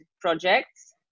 projects